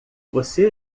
você